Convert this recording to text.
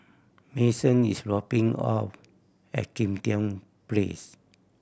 Mason is dropping off at Kim Tian Place